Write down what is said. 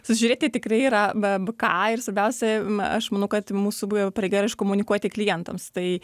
sužiūrėti tikrai yra va ką ir svarbiausia aš manau kad mūsų buvo jau pareiga ir iškomunikuoti klientams tai